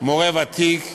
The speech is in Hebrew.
מורה ותיק,